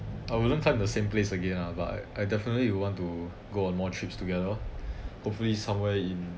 I wouldn't climb the same place again ah but I I definitely will want to go on more trips together hopefully somewhere in